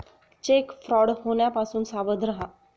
check fraud होण्यापासून सावध रहा